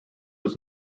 was